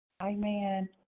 Amen